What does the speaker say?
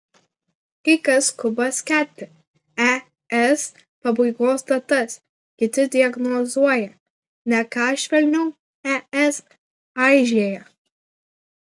kai kas skuba skelbti es pabaigos datas kiti diagnozuoja ne ką švelniau es aižėja